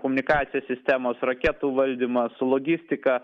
komunikacijos sistemos raketų valdymas logistika